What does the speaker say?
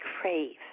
crave